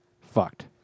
Fucked